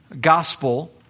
gospel